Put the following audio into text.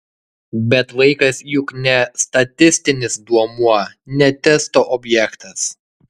bet vaikas juk ne statistinis duomuo ne testo objektas